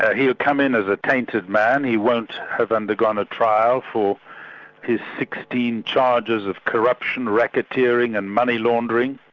ah he'll come in as a tainted man he won't have undergone a trial for his sixteen charges of corruption, racketeering and money-laundering.